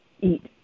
eat